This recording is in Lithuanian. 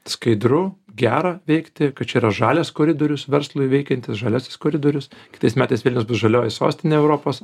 skaidru gera veikti kad čia yra žalias koridorius verslui veikiantis žaliasis koridorius kitais metais vilnius bus žalioji sostinė europos